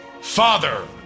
Father